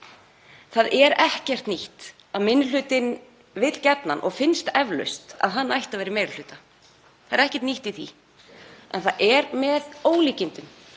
Það er ekkert nýtt að minni hlutinn vill gjarnan og finnst eflaust að hann ætti að vera í meiri hluta. Það er ekkert nýtt í því. En það er með ólíkindum